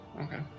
Okay